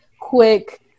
quick